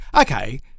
okay